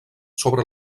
sobre